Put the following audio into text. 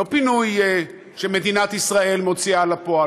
לא פינוי שמדינת ישראל מוציאה אל הפועל,